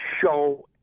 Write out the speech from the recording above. show